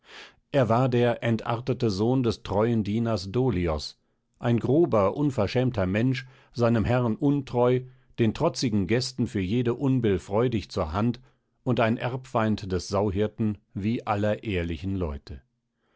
er war der entartete sohn des treuen dieners dolios ein grober unverschämter mensch seinem herrn untreu den trotzigen gästen für jede unbill freudig zur hand und ein erbfeind des sauhirten wie aller ehrlichen leute